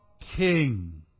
king